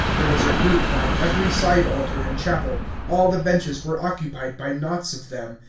there was a group by every side altar and chapel, all the benches were occupied by knots of them,